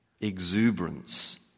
exuberance